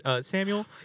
Samuel